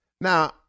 Now